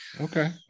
Okay